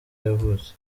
yavutse